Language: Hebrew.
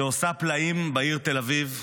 שעושה פלאים בעיר תל אביב,